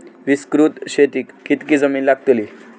विस्तृत शेतीक कितकी जमीन लागतली?